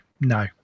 No